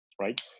right